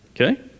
Okay